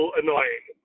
annoying